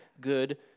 good